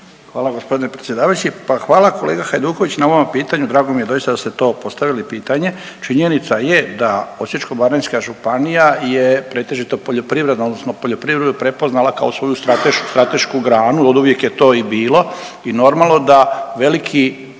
Hvala g. predsjedavajući. Pa hvala kolega Hajduković na ovom pitanju drago mi je doista da ste to postavili pitanje, činjenica je da Osječko-baranjska županija je pretežito poljoprivredna odnosno poljoprivredu prepoznala kao svoju stratešku granu, oduvijek je to i bilo i normalno da veliki